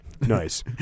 nice